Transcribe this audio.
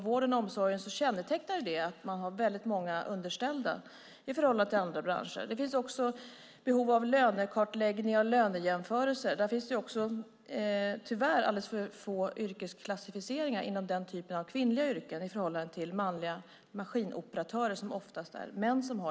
Vården och omsorgen kännetecknas av att man har väldigt många underställda i förhållande till andra branscher. Det finns också behov av lönekartläggningar och lönejämförelser. Inom denna sektor finns också tyvärr alldeles för få yrkesklassificeringar inom de kvinnliga yrkena i förhållande till maskinoperatörerna, vilka oftast är män.